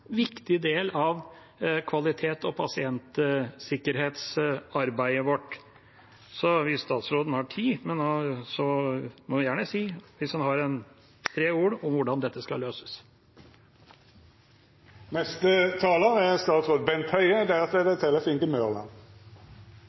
pasientsikkerhetsarbeidet vårt. Så hvis statsråden har tid, må han gjerne si tre ord om hvordan dette skal løses.